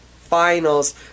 finals